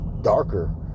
darker